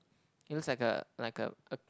it looks like a like a a